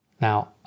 Now